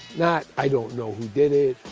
not, i don't know who did it,